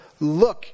look